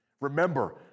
Remember